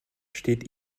steht